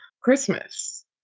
Christmas